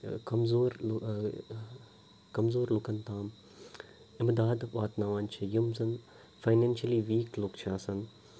کَمزور لُہ کَمزور لُکَن تام اِمداد واتناوان چھِ یِم زَن فاینینشلی ویٖک لُک چھِ آسان